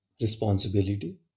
responsibility